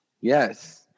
Yes